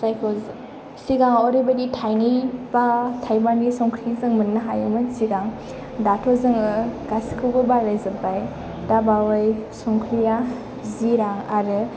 जायखौ सिगाङाव ओरैबायदि थाइनै बा थाइबानि संख्रि जों मोननो हायोमोन सिगां दाथ' जोङो गासिखौबो बारायजोबबाय दा बावै संख्रिया जि रां आरो